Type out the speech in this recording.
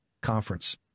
conference